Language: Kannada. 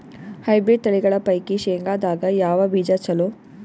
ಹೈಬ್ರಿಡ್ ತಳಿಗಳ ಪೈಕಿ ಶೇಂಗದಾಗ ಯಾವ ಬೀಜ ಚಲೋ?